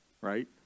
Right